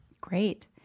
Great